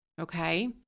okay